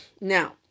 Now